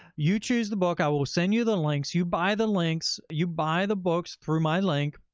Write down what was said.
you choose the book. i will send you the links. you buy the links. you buy the books through my link.